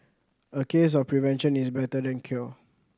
a case of prevention is better than cure